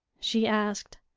she asked.